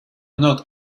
not